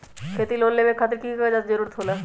खेती लोन लेबे खातिर की की कागजात के जरूरत होला?